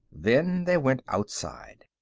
then they went outside.